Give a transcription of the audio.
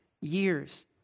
years